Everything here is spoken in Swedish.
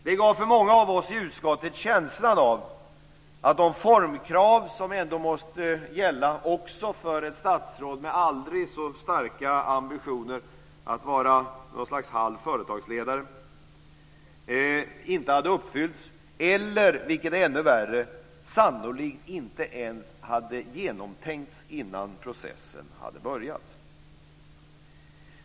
Det gav för många av oss i utskottet känslan av att de formkrav som ändå måste gälla också för ett statsråd med aldrig så starka ambitioner att vara något slags halv företagsledare inte hade uppfyllts eller - vilket är ännu värre - sannolikt inte ens hade tänkts igenom innan processen började.